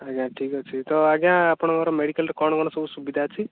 ଆଜ୍ଞା ଠିକ୍ ଅଛି ତ ଆଜ୍ଞା ଆପଣଙ୍କର ମେଡ଼ିକାଲ୍ରେ କ'ଣ କ'ଣ ସବୁ ସୁବିଧା ଅଛି